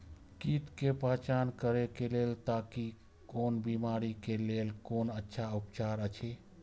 कीट के पहचान करे के लेल ताकि कोन बिमारी के लेल कोन अच्छा उपचार अछि?